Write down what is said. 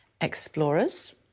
explorers